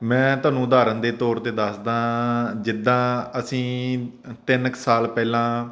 ਮੈਂ ਤੁਹਾਨੂੰ ਉਦਾਹਰਨ ਦੇ ਤੌਰ 'ਤੇ ਦੱਸਦਾ ਜਿੱਦਾਂ ਅਸੀਂ ਤਿੰਨ ਕੁ ਸਾਲ ਪਹਿਲਾਂ